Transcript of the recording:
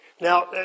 Now